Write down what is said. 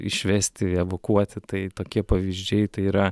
išvesti evakuoti tai tokie pavyzdžiai tai yra